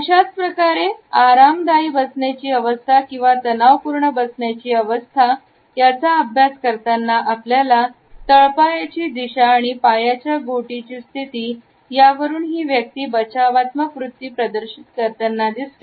अशाच प्रकारे आराम आरामदायी बसण्याची अवस्था किंवा तणावपूर्ण बसण्याची अवस्था याचा अभ्यास करताना आपल्या तळपायाची दिशा आणि पायाच्या घोटी ची स्थिती यावरून ही व्यक्ती बचावात्मक वृत्ती प्रदर्शित करताना दिसते